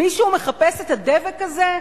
מישהו מחפש את הדבק הזה,